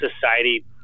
society